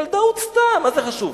ילדה הוצתה, מה זה חשוב?